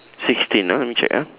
sixteen ah let me check ah